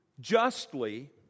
justly